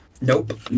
Nope